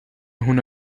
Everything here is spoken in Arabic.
هنا